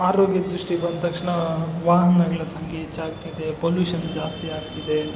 ಆರೋಗ್ಯದ ದೃಷ್ಟಿ ಬಂತಕ್ಷಣ ವಾಹನಗಳ ಸಂಖ್ಯೆ ಹೆಚ್ಚಾಗ್ತಿದೆ ಪೊಲ್ಯೂಷನ್ ಜಾಸ್ತಿಯಾಗ್ತಿದೆ